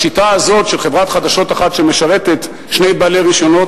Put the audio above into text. בשיטה הזאת של חברת חדשות אחת שמשרתת שני בעלי רשיונות,